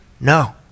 No